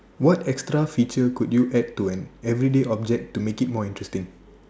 what extra feature could you add to an everyday object to make it more interesting